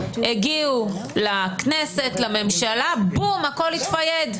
הגיעו לכנסת, לממשלה, בום, הכול התפייד.